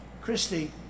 Christie